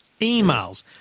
emails